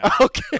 Okay